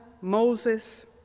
Moses